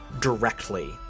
directly